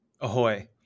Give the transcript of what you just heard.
Ahoy